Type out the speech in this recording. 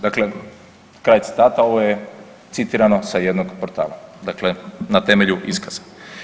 Dakle, kraj citata, ovo je citirano sa jednog portala, dakle na temelju iskaza.